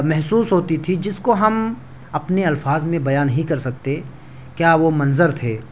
محسوس ہوتی تھی جس کو ہم اپنے الفاظ میں بیاں نہیں کر سکتے کیا وہ منظر تھے